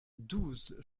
douze